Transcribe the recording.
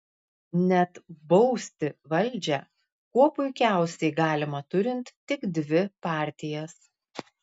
net bausti valdžią kuo puikiausiai galima turint tik dvi partijas